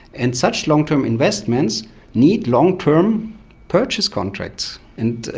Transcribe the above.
and such long term investments need long term purchase contracts. and,